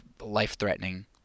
life-threatening